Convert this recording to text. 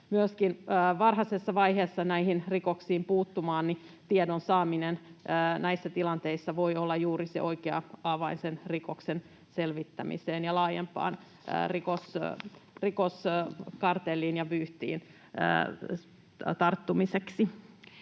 myöskin varhaisessa vaiheessa näihin rikoksiin puuttumaan, voi tiedon saaminen näissä tilanteissa olla juuri se oikea avain sen rikoksen selvittämiseen ja laajempaan rikoskartelliin ja -vyyhtiin tarttumiseksi.